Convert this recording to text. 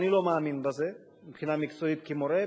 אני לא מאמין בזה מבחינה מקצועית כמורה.